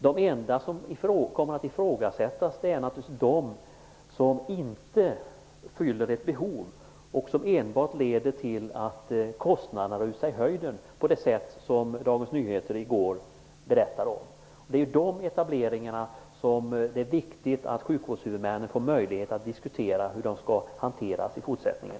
De enda som kommer att ifrågasättas är naturligtvis de som inte fyller ett behov och som enbart leder till att kostnaderna rusar i höjden på det sätt som man i Dagens Nyheter i går berättade om. Det är viktigt att sjukvårdshuvudmännen får möjlighet att diskutera hur dessa etableringar skall hanteras i fortsättningen.